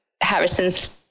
Harrison's